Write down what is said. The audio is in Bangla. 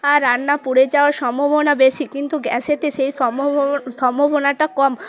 আর রান্না পুড়ে যাওয়ার সম্ভবনা বেশি কিন্তু গ্যাসেতে সেই সম্ভবব সম্ভবনাটা কম